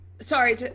sorry